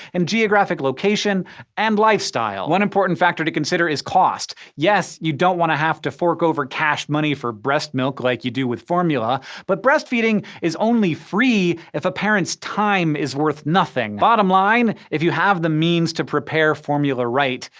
and geographic location and lifestyle. one important factor to consider is cost. yes, you don't have to fork over cash money for breast milk like you do with formula, but breastfeeding is only free if a parent's time is worth nothing. bottom line if you have the means to prepare formula right,